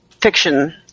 fiction